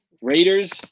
Raiders